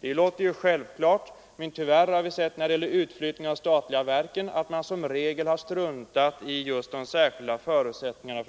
Det låter självklart, men tyvärr har vi sett i samband med utflyttningen av de statliga verken att man som regel struntat i verkens särskilda förutsättningar.